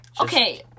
Okay